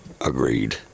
Agreed